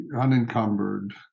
unencumbered